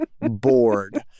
bored